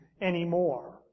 anymore